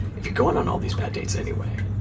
if you're going on all these bad dates anyway,